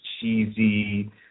cheesy